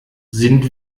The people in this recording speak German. sind